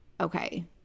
Okay